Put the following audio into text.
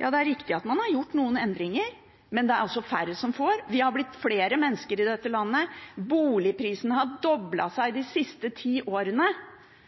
Ja, det er riktig at man har gjort noen endringer, men det er færre som får støtte. Vi har blitt flere mennesker i dette landet. Boligprisene har doblet seg de siste ti årene.